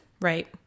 right